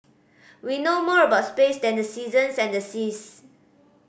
we know more about space than the seasons and the seas